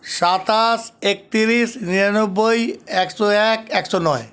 সাতাশ একতিরিশ নিরানব্বই একশো এক একশো নয়